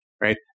Right